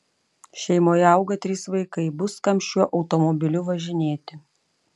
šeimoje auga trys vaikai bus kam šiuo automobiliu važinėti